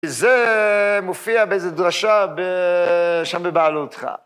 זה מופיע באיזו דרשה שם בבעלותך.